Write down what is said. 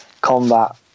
combat